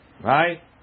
Right